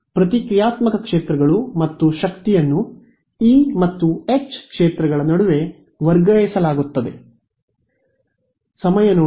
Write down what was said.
ಆದ್ದರಿಂದ ಪ್ರತಿಕ್ರಿಯಾತ್ಮಕ ಕ್ಷೇತ್ರಗಳು ಮತ್ತು ಶಕ್ತಿಯನ್ನು ಇ ಮತ್ತು ಎಚ್ ಕ್ಷೇತ್ರಗಳ ನಡುವೆ ವರ್ಗಾಯಿಸಲಾಗುತ್ತದೆ